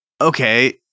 Okay